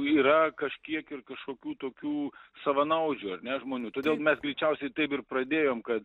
yra kažkiek ir kažkokių tokių savanaudžių ar ne žmonių todėl mes greičiausiai taip ir pradėjom kad